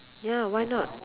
ya why not